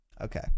okay